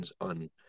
on